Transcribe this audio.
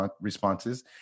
responses